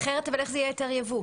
כי אחרת איך זה יהיה היתר יבוא?